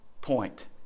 point